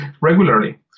regularly